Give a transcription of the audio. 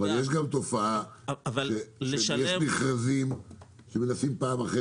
אבל יש גם תופעה של מכרזים שמנסים פעם אחר